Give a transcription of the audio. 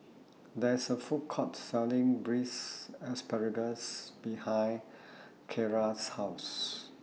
There IS A Food Court Selling Braised Asparagus behind Keira's House